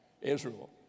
Israel